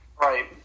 Right